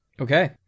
Okay